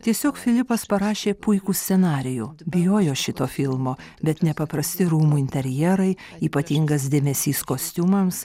tiesiog filipas parašė puikų scenarijų bijojo šito filmo bet nepaprasti rūmų interjerai ypatingas dėmesys kostiumams